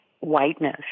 whiteness